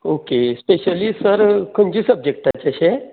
okay specially sir खंयचे सबजेक्टाचें अशें